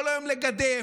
כל היום לגדף,